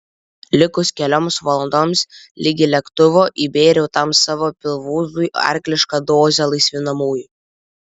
likus kelioms valandoms ligi lėktuvo įbėriau tam savo pilvūzui arklišką dozę laisvinamųjų